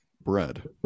bread